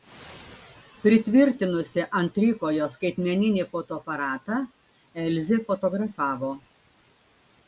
pritvirtinusi ant trikojo skaitmeninį fotoaparatą elzė fotografavo